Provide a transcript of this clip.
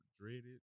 dreaded